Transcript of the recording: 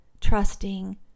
trusting